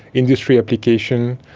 industry applications,